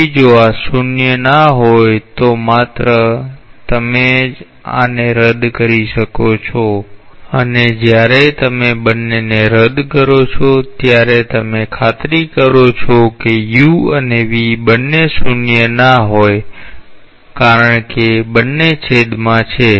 તેથી જો આ શૂન્ય ના હોય તો માત્ર તમે જ આને રદ કરી શકો છો અને જ્યારે તમે બંનેને રદ કરો છો ત્યારે તમે ખાતરી કરો છો કે u અને v બંને શૂન્ય ના હોય અને કારણ કે બંને છેદમાં છે